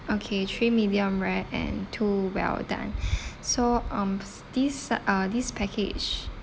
okay three medium rare and two well done so um this uh this package